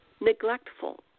neglectful